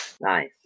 Nice